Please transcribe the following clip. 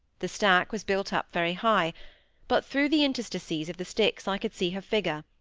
the stack was built up very high but through the interstices of the sticks i could see her figure,